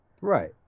Right